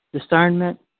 discernment